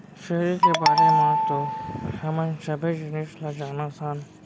छेरी के बारे म तो हमन सबे जिनिस ल जानत हन